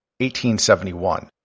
1871